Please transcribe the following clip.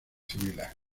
civiles